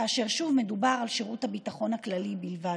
כאשר, שוב, מדובר על שירות הביטחון הכללי בלבד.